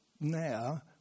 now